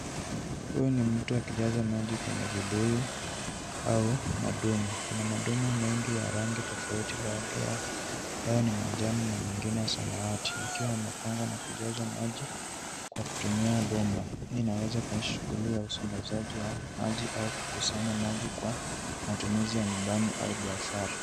Huyu ni mtu akijaza maji kwenye vibuyu au madumu. Kuna madumu mengi ya rangi tofauti baadhi yao ni manjano na mengine ya samawati yakiwa yamepangwa na kujazwa maji kwa kutumia bomba. Hii inaweza kuonyesha shughuli ya usambazaji wa maji au kukusanya maji kwa matumizi ya nyumbani au biashara.